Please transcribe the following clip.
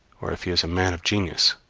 or if he is a man of genius,